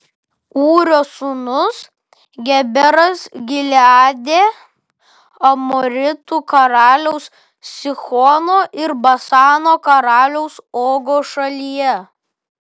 ūrio sūnus geberas gileade amoritų karaliaus sihono ir basano karaliaus ogo šalyje